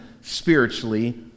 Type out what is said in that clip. spiritually